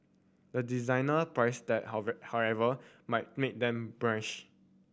the designer price tag however might make them blanch